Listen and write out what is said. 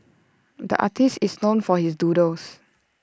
the artist is known for his doodles